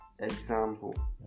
example